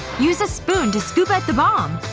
use a spoon to scoop out the balm.